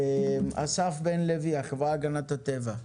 אסף בן לוי, החברה להגנת הטבע,